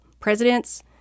presidents